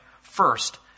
first